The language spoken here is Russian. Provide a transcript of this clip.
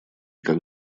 как